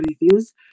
reviews